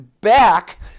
back